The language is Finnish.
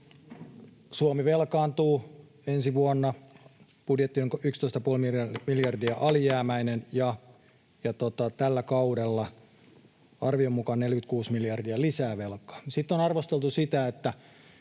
Suomi velkaantuu ensi vuonna, budjetti on 11,5 miljardia alijäämäinen, ja tällä kaudella arvion mukaan tulee 46 miljardia lisää velkaa. Sitten on arvosteltu sitä,